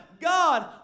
God